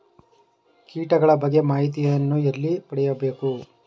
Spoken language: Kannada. ಕೀಟಗಳ ಬಗ್ಗೆ ಮಾಹಿತಿಯನ್ನು ಎಲ್ಲಿ ಪಡೆಯಬೇಕು?